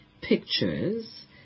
pictures